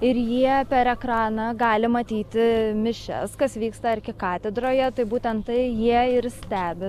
ir jie per ekraną gali matyti mišias kas vyksta arkikatedroje tai būtent tai jie ir stebi